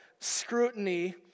scrutiny